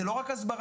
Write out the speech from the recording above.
זה לא רק הסברה.